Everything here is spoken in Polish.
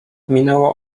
minęło